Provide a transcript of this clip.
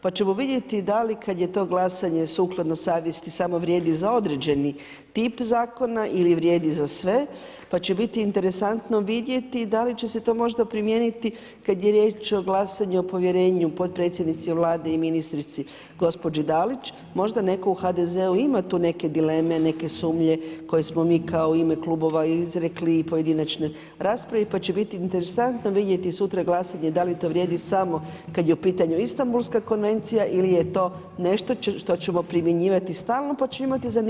Pa ćemo vidjeti da li kada je to glasanje sukladno savjesti samo vrijedi za određeni tip zakona ili vrijedi za sve pa će biti interesantno vidjeti da li će se to možda primijeniti kada je riječ o glasanju o povjerenju potpredsjednici Vlade i ministrici gospođi Dalić, možda netko u HDZ-u ima tu neke dileme, neke sumnje koje smo mi kao u ime klubova izrekli i pojedinačnoj raspravi pa će biti interesantno vidjeti sutra glasanje da li to vrijedi samo kada je u pitanju Istambulska konvencija ili je to nešto što ćemo primjenjivati stalno pa će imati zanimljiva glasanja.